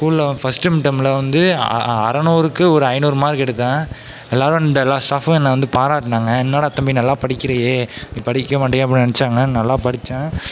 ஸ்கூலில் பஸ்ட் மிட்டர்ம்ல வந்து அறநூறுக்கு ஒரு ஐநூறு மார்க் எடுத்தேன் எல்லோரும் வந்து எல்லா ஸ்டாஃப்பும் என்னை வந்து பாராட்டினாங்க என்னடா தம்பி நல்லா படிக்கிறியே நீ படிக்கமாட்டியேன்னு அப்படின்னு நெனைச்சாங்க நல்லா படித்தேன்